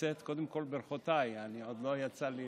קודם כול ברכותיי, עוד לא יצא לי